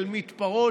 של מתפרות,